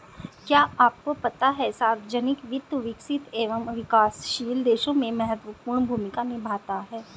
क्या आपको पता है सार्वजनिक वित्त, विकसित एवं विकासशील देशों में महत्वपूर्ण भूमिका निभाता है?